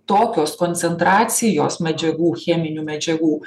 tokios koncentracijos medžiagų cheminių medžiagų